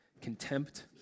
contempt